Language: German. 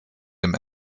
dem